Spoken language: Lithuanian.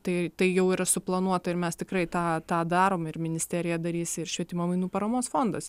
tai jau yra suplanuota ir mes tikrai tą tą darom ir ministerija darys ir švietimo mainų paramos fondas